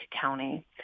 County